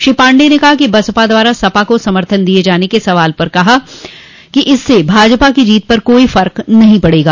श्री पाण्डेय ने बसपा द्वारा सपा को समर्थन दिये जाने के सवाल पर कहा कि इससे भाजपा की जीत पर कोई फक नहीं पड़ेगा